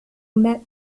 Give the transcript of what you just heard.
met